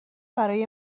برای